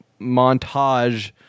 montage